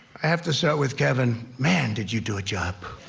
i have to start with kevin. man, did you do a job.